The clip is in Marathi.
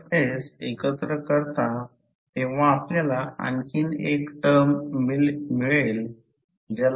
म्हणून जेव्हा जेव्हा फ्लक्स या दिशेमध्ये घ्याल तेव्हा पहा की फ्लक्स याप्रमाणे बाहेर निघत आहे तर समानतेसाठी हे असेल हे आहे